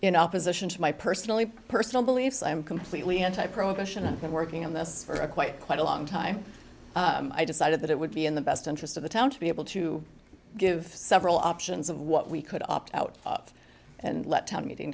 in opposition to my personally personal beliefs i am completely anti prohibition and i'm working on this for a quite quite a long time i decided that it would be in the best interest of the town to be able to give several options of what we could opt out of and let town meeting